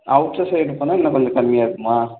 outer side போனால் இன்னும் கொஞ்சம் கம்மியாக இருக்குமா